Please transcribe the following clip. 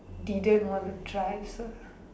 didn't want to try also